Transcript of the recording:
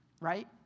right